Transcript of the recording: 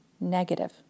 negative